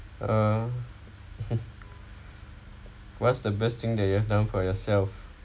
uh what's the best thing that you have done for yourself